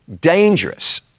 Dangerous